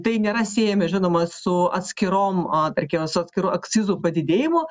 tai nėra siejami žinoma su atskirom tarkime su atskiru akcizų padidėjimu